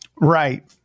Right